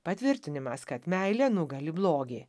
patvirtinimas kad meilė nugali blogį